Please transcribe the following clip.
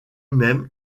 même